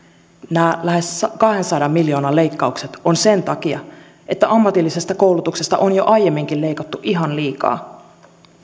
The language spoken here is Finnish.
nämä lähes kahdensadan miljoonan leikkaukset ovat sen takia että ammatillisesta koulutuksesta on jo aiemminkin leikattu ihan liikaa